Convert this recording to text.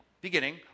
beginning